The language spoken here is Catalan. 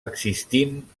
existint